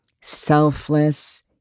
Selfless